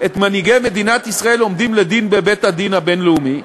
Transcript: את מנהיגי מדינת ישראל בבית-הדין הבין-לאומי,